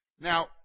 Now